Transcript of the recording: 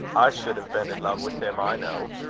i should have been in love with him, i know.